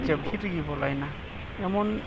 ᱪᱟᱹᱵᱷᱤ ᱨᱮᱜᱮ ᱵᱚᱞᱚᱭᱮᱱᱟ ᱮᱢᱚᱱ